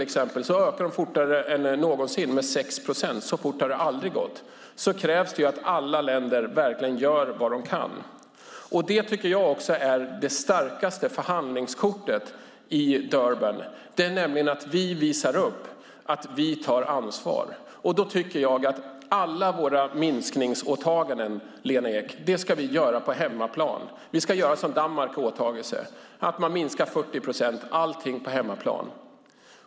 I fjol ökade de med 6 procent. Så fort har det aldrig gått. I ljuset av detta krävs det att alla länder verkligen gör vad de kan. Jag tycker också att det starkaste förhandlingskortet i Durban är att vi visar att vi tar ansvar. Då tycker jag att vi ska göra alla våra minskningsåtaganden, Lena Ek, på hemmaplan. Vi ska göra som Danmark, som har åtagit sig att minska med 40 procent, allting på hemmaplan.